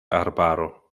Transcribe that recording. arbaro